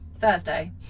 Thursday